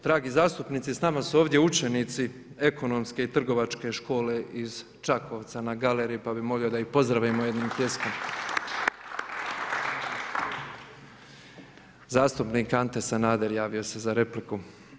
Dragi zastupnici sa nama su ovdje učenici Ekonomske i trgovačke škole iz Čakovca na galeriji, pa bih molio da ih pozdravimo jednim pljeskom. Zastupnik Ante Sanader javio se za repliku.